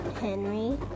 Henry